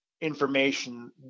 information